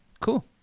Cool